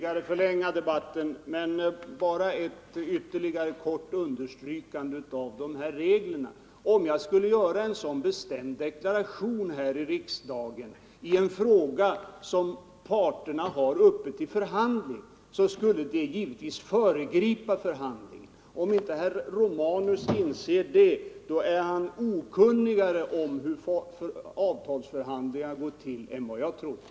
Nr 137 Herr talman! Ett barn kan ju inse att om statsrådet lovar att genomföra Fredagen den det här förslaget, så föregriper han förhandlingarna. Vad jag har sagt 6 december 1974 är bara att om kravet är självklart, så gör det ingenting om man föregriper —— förhandlingarna på den punkten. Att man inte vill göra det, tyder på Ang. folkpensionäatt det inte är självklart, och det är oroande. rers rätt till bostadstillägg